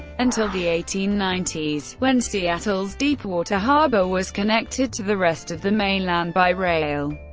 until the eighteen ninety s, when seattle's deepwater harbor was connected to the rest of the mainland by rail,